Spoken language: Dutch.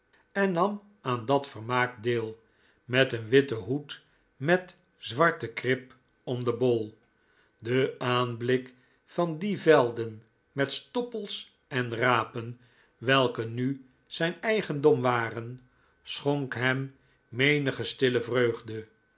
en nam aan dat vermaak deel met een witten hoed met zwart krip om den bol de aanblik van die velden met stoppels en rapen welke nu zijn eigendom waren schonk hem menige stille vreugde